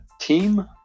Team